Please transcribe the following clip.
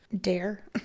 Dare